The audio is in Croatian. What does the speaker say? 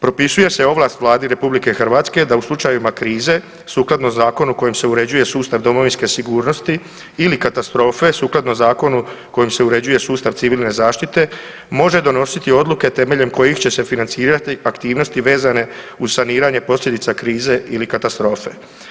Propisuje se ovlast Vladi RH da u slučajevima krize, sukladno zakonu kojim se uređuje sustav domovinske sigurnosti ili katastrofe, sukladno zakonu kojim se uređuje sustav civilne zaštite, može donositi odluke temeljem kojih će se financirati aktivnosti vezane uz saniranje posljedica krize ili katastrofe.